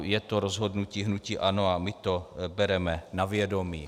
Je to rozhodnutí hnutí ANO a my to bereme na vědomí.